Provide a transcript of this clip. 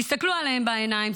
תסתכלו עליהם בעיניים.